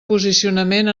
posicionament